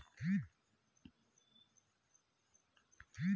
ಸುಲಭವಾಗಿ ಹೇಳುವುದೆಂದರೆ ಲಿಕ್ವಿಡಿಟಿ ಎಂದರೆ ನಮಗೆ ಅಗತ್ಯಬಿದ್ದಾಗ ಹಣ ಪಡೆಯುವುದಾಗಿದೆ